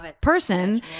person